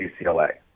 UCLA